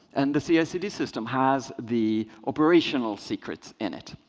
and the ci ah cd system has the operational secrets in it.